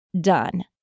done